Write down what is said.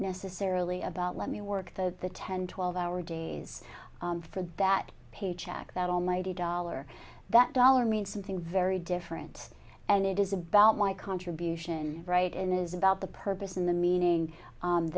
necessarily about let me work the ten twelve hour days for that paycheck that almighty dollar that dollar means something very different and it is about my contribution right in is about the purpose and the meaning